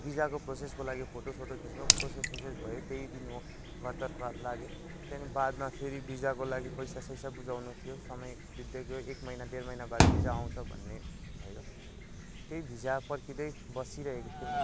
भिजाको प्रोसेसको लागि फोटो सोटो खिच्नु प्रोसेस फोसेस भयो त्यही दिन म घरतर्फ लागेँ बादमा फेरि भिजाको लागि पैसा सैसा बुझाउनु थियो समय बित्दै गयो एक महिना डेढ महिना बाद भिजा आउँछ भन्ने भयो त्याहे भिजा पर्खिँदै बसिराखेको थिएँ म